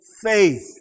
faith